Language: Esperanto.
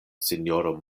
sinjoro